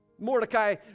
Mordecai